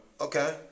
Okay